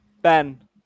Ben